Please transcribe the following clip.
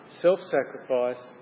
self-sacrifice